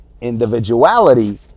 individuality